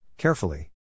Carefully